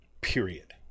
Period